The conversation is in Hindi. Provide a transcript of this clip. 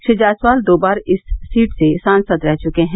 श्री जायसवाल दो बार इस सीट से सांसद रह चुके हैं